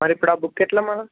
మరి ఇప్పుడు ఆ బుక్ ఎట్లా మళ్ళా